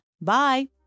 Bye